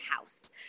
house